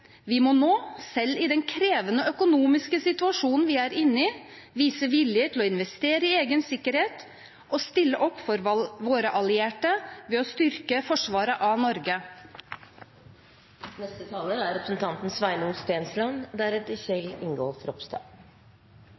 Vi må nå – selv i den krevende økonomiske situasjonen vi er inne i – vise vilje til å investere i egen sikkerhet og stille opp for våre allierte ved å styrke forsvaret av Norge.